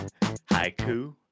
Haiku